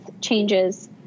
changes